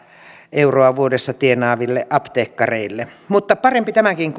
euroa vuodessa tienaaville apteekkareille mutta parempi tämäkin